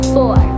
Four